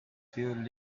fuel